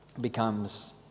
becomes